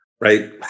right